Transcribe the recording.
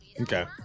Okay